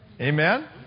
Amen